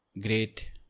great